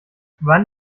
wann